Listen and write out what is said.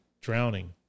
drowning